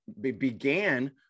began